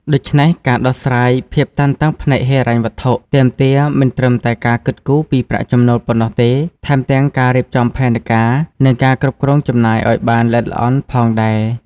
ដូច្នេះ ការដោះស្រាយភាពតានតឹងផ្នែកហិរញ្ញវត្ថុ ទាមទារមិនត្រឹមតែការគិតគូរពីប្រាក់ចំណូលប៉ុណ្ណោះទេ ថែមទាំងការរៀបចំផែនការ និងការគ្រប់គ្រងចំណាយឲ្យបានល្អិតល្អន់ផងដែរ។